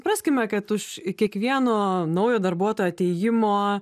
supraskime kad už kiekvieno naujo darbuotojo atėjimo